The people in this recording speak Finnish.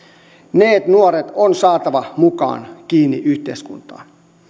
ne nuoret on saatava mukaan kiinni yhteiskuntaan